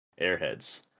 Airheads